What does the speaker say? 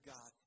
God